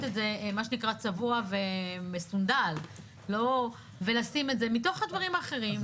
את זה מה שנקרא צבוע ומסונדל ולשים את זה מתוך הדברים האחרים,